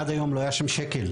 עד היום לא היה שם שקל.